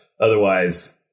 Otherwise